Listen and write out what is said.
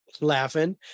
laughing